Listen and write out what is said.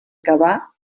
cavar